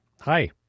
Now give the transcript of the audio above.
Hi